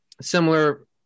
similar